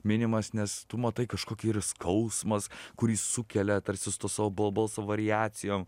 minimas nes tu matai kažkokį ir skausmas kurį sukelia tarsi su tuo savo balso variacijom